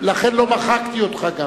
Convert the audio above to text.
לכן גם לא מחקתי אותך.